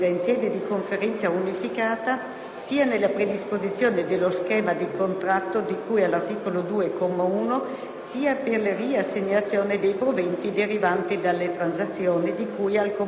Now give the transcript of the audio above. sia nella predisposizione dello schema di contratto di cui all'articolo 2, comma 1, sia per la riassegnazione dei proventi derivanti dalle transazioni di cui al comma 7 del medesimo articolo 2;